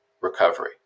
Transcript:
recovery